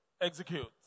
execute